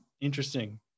interesting